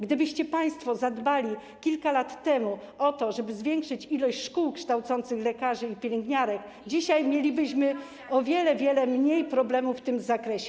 Gdybyście państwo zadbali kilka lat temu o to, żeby zwiększyć liczbę szkół kształcących lekarzy i pielęgniarki, dzisiaj mielibyśmy o wiele, wiele mniej problemów w tym zakresie.